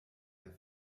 der